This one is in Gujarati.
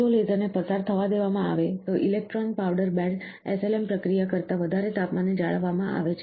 જો લેસરને પસાર થવા દેવામાં આવે તો ઇલેક્ટ્રોન પાવડર બેડ SLM પ્રક્રિયા કરતા વધારે તાપમાને જાળવવામાં આવે છે